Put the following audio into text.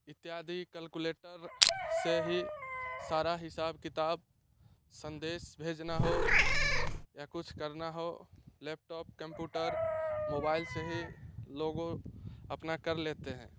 इत्यादि कलकुलेटर से ही सारा हिसाब किताब संदेश भेजना हो या कुछ करना हो लैपटॉप कम्पूटर मोबाइल से लोगों अपना कर लेते हैं